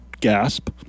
gasp